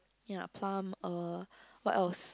ya Plum uh what else